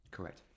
Correct